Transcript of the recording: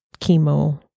chemo